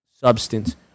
substance